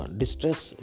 distress